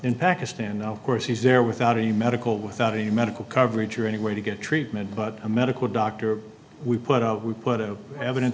pakistan of course he's there without any medical without any medical coverage or any way to get treatment but a medical doctor we put up we put of evidence